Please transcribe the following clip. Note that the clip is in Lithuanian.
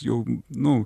jau nu